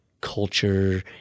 culture